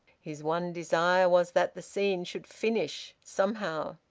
his one desire was that the scene should finish, somehow,